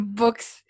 books